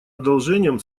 одолжением